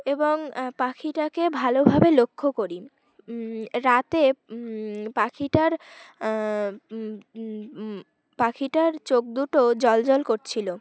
এবং পাখিটাকে ভালোভাবে লক্ষ্য করি রাতে পাখিটার পাখিটার চোখ দুটো জল জ্বল করছিলো